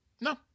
No